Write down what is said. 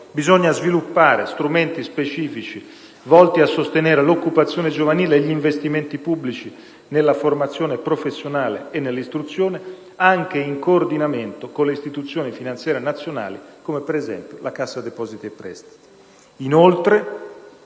Bisogna sviluppare strumenti specifici volti a sostenere l'occupazione giovanile e gli investimenti pubblici nella formazione professionale e nell'istruzione, anche in coordinamento con le istituzioni finanziarie nazionali, come ad esempio la Cassa depositi e prestiti.